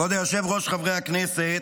כבוד היושב-ראש, חברי הכנסת,